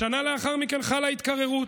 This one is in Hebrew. בשנה שלאחר מכן חלה התקררות.